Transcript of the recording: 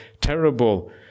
terrible